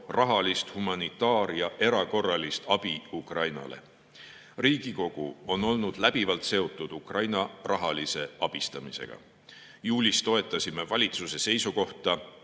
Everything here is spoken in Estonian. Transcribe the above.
rahalist, humanitaar‑ ja erakorralist abi Ukrainale. Riigikogu on olnud läbivalt seotud Ukraina rahalise abistamisega. Juulis toetasime valitsuse seisukohta